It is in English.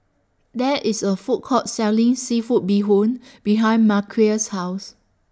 There IS A Food Court Selling Seafood Bee Hoon behind Marquez's House